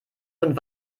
und